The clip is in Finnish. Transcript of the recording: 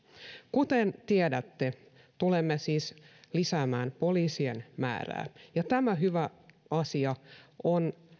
kuten tiedätte tulemme siis lisäämään poliisien määrää ja tämä hyvä asia on